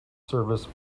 service